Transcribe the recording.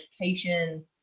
education